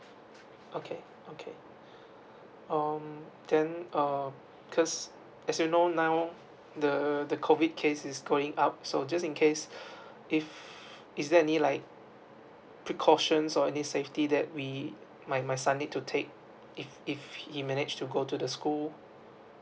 okay okay um then uh because as you know now the the COVID case is going up so just in case if is there any like precautions or any safety that we my my son need to take if if he manage to go to the school